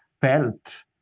felt